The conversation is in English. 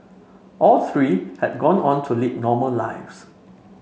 all three have gone on to lead normal lives